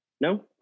No